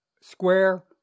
square